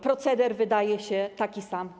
Proceder wydaje się taki sam.